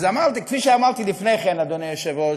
אז כפי שאמרתי לפני כן, אדוני היושב-ראש,